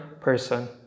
person